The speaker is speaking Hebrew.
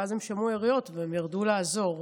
ואז הם שמעו יריות והם ירדו לעזור,